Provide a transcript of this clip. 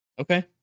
Okay